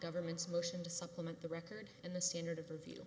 government's motion to supplement the record and the standard of review